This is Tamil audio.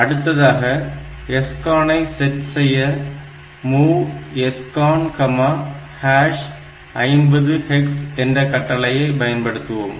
அடுத்ததாக SCON ஐ செட் செய்ய MOV SCON50 hex என்ற கட்டளையை பயன்படுத்துவோம்